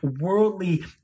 worldly